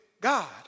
God